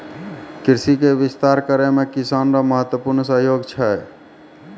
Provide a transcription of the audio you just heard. कृषि के विस्तार करै मे किसान रो महत्वपूर्ण सहयोग छै